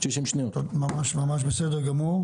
בסדר גמור.